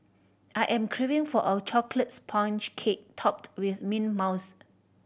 I am craving for a chocolate sponge cake topped with mint mouse